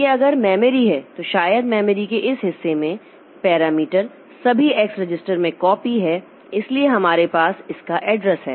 यह अगर मेमोरी है तो शायद मेमोरी के इस हिस्से में पैरामीटर सभी एक्स रजिस्टर में कॉपी हैं इसलिए हमारे पास इसका एड्रेस है